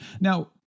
now